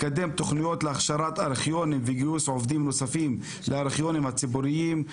50 שנה, עברתי 22 אשפוזים כפויים למרות שאני